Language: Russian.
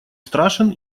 страшен